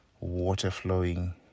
water-flowing